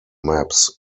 maps